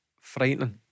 frightening